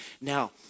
Now